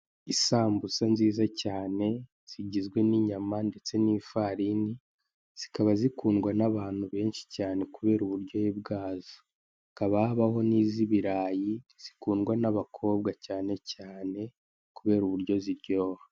Isambusa nziza cyane, zigizwe n'inyama ndeste n'ifarini, zikaba zikundwa n'abantu benshi cyane kubera uburyohe bwazo. Hakaba habaho n'iz'ibirayi zikundwa n'abakobwa cyane cyane, kubera uburyo ziryoha.